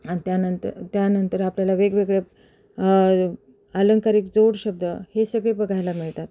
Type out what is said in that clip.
आणि त्यानंत त्यानंतर आपल्याला वेगवेगळे अलंकारिक जोडशब्द हे सगळे बघायला मिळतात